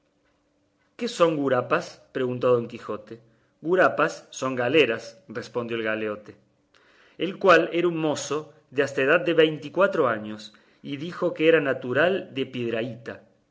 qué son gurapas preguntó don quijote gurapas son galeras respondió el galeote el cual era un mozo de hasta edad de veinte y cuatro años y dijo que era natural de piedrahíta